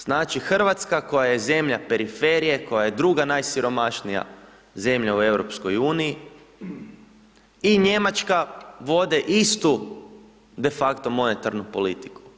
Znači Hrvatska koja je zemlja periferije, koja je druga najsiromašnija zemlja u EU, i Njemačka vode istu de facto monetarnu politiku.